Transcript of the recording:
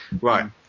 right